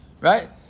right